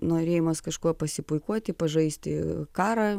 norėjimas kažkuo pasipuikuoti pažaisti karą